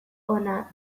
ona